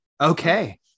Okay